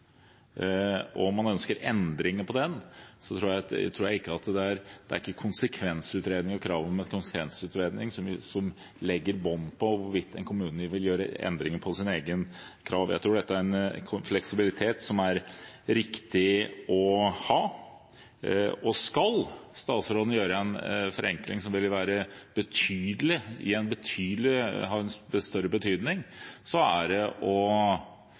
og om man ønsker endringer på den, tror jeg ikke at det er krav om konsekvensutredning som legger bånd på hvorvidt en kommune vil gjøre endringer i sitt eget krav. Jeg tror dette er en fleksibilitet som er riktig å ha. Skal statsråden gjøre en forenkling som vil ha større betydning, er det å gjøre en endring og